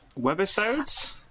Webisodes